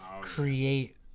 create